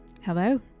Hello